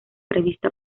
revista